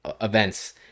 events